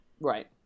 Right